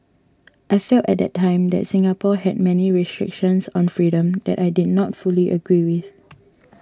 I felt at the time that Singapore had many restrictions on freedom that I did not fully agree with